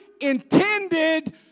intended